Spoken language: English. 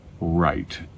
right